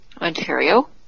Ontario